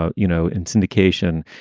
ah you know, in syndication.